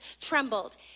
trembled